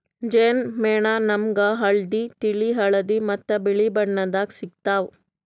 ಜೇನ್ ಮೇಣ ನಾಮ್ಗ್ ಹಳ್ದಿ, ತಿಳಿ ಹಳದಿ ಮತ್ತ್ ಬಿಳಿ ಬಣ್ಣದಾಗ್ ಸಿಗ್ತಾವ್